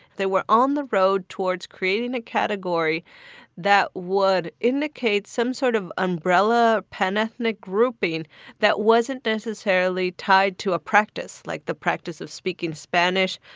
they were on the road towards creating a category that would indicate some sort of umbrella panethnic grouping that wasn't necessarily tied to a practice, like the practice of speaking spanish,